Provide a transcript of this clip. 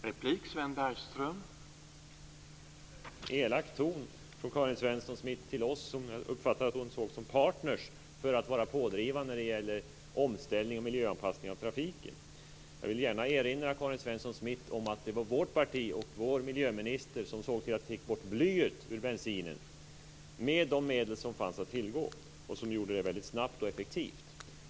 Herr talman! Jag tyckte mig höra en elak ton från Karin Svensson Smith riktad mot oss, som jag uppfattat att hon ser som partner när det gäller att driva på för omställning och miljöanpassning av trafiken. Jag vill erinra Karin Svensson Smith om att det var vårt parti och vår miljöminister som såg till att, med de medel som fanns att tillgå, få bort blyet ur bensinen. Det skedde också väldigt snabbt och effektivt.